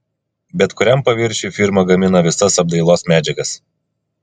bet kuriam paviršiui firma gamina visas apdailos medžiagas